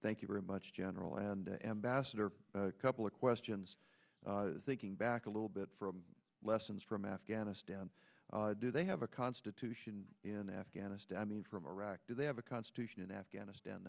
thank you very much general and ambassador couple of questions thinking back a little bit from lessons from afghanistan do they have a constitution in afghanistan i mean from iraq do they have a constitution in afghanistan